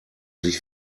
sich